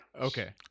Okay